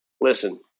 listen